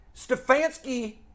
Stefanski